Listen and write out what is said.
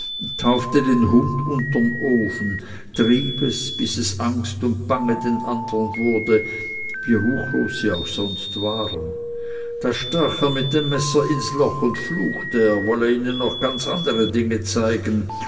taufte den hund unterem ofen trieb es bis es angst und bange den andern wurde wie ruchlos sie sonst auch waren da stach er mit dem messer ins loch und fluchte er wolle ihnen noch ganz andere dinge zeigen